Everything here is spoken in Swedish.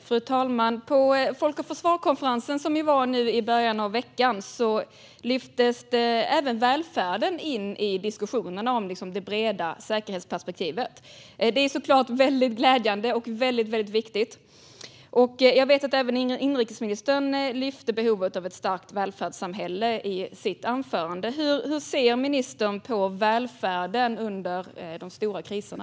Fru talman! På Folk och Försvar-konferensen nu i början av veckan lyftes även välfärden in i diskussionerna om det breda säkerhetsperspektivet. Det är såklart väldigt glädjande och väldigt viktigt. Jag vet att även inrikesministern i sitt anförande lyfte fram behovet av ett starkt välfärdssamhälle. Hur ser ministern på välfärden under de stora kriserna?